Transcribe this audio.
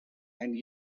and